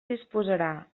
disposarà